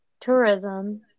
tourism